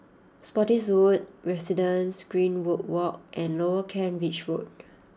Spottiswoode Residences Greenwood Walk and Lower Kent Ridge Road